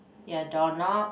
ya door knob